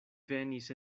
venis